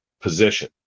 position